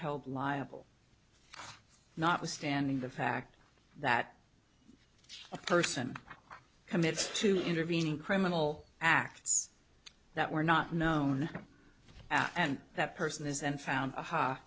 held liable notwithstanding the fact that person commits to intervening criminal acts that were not known and that person is and found